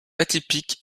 atypiques